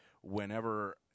whenever